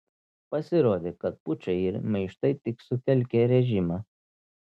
pasirodė kad pučai ir maištai tik sutelkia režimą